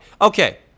Okay